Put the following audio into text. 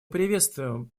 приветствуем